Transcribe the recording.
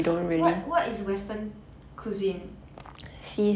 what what is western cuisine